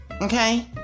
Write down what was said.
Okay